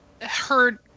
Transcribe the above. heard